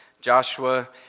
Joshua